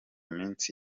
minsi